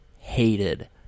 hated